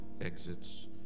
exits